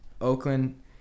Oakland